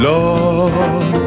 Lord